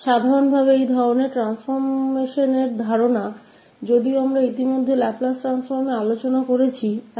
तो सामान्य तौर पर ऐसे परिवर्तनों की अवधारणा हालांकि हम पहले ही लाप्लास परिवर्तन पर चर्चा कर चुके हैं